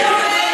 6 מיליארד שקל.